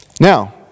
Now